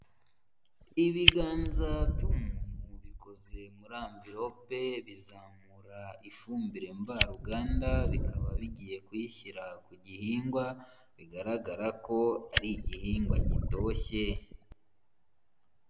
Ibiganza by'umuntu bikoze muri amvirope bizamura ifumbire mvaruganda, bikaba bigiye kuyishyira ku gihingwa bigaragara ko ari igihingwa gitoshye.